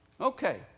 okay